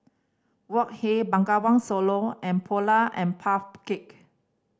Wok Hey Bengawan Solo and Polar and Puff Cake